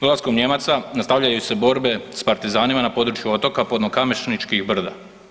Dolaskom Nijemaca nastavljaju se borbe s partizanima na području Otoka podno kamešničkih brda.